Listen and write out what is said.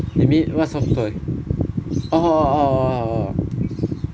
I mean what soft toy oh oh oh oh oh